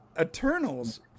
Eternals